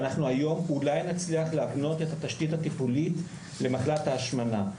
והיום אולי נצליח להקנות את התשתית הטיפולית למחלת ההשמנה.